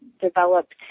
developed